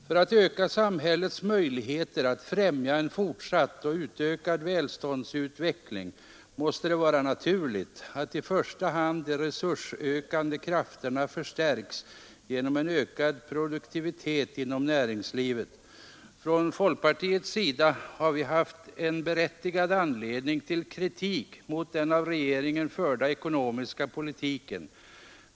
För att öka samhällets möjligheter att främja en fortsatt och utökad välståndsutveckling måste det vara naturligt att i första hand de resursökande krafterna förstärks genom en ökad produktivitet inom näringslivet. Från folkpartiets sida har vi haft en berättigad anledning till kritik mot den av regeringen förda ekonomiska politiken.